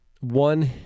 One